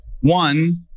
One